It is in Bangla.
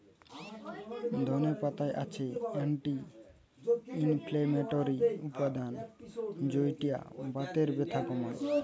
ধনে পাতায় আছে অ্যান্টি ইনফ্লেমেটরি উপাদান যৌটা বাতের ব্যথা কমায়